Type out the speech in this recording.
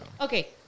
Okay